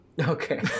Okay